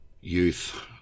youth